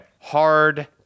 Hard